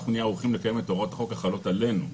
אנחנו נהיה ערוכים לקיים את הוראות החוק החלות עלינו.